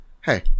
Hey